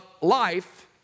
life